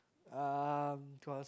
um cause